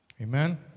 Amen